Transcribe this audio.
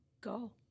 go